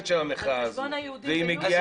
של המחאה הזאת --- על חשבון היהודים בלוד?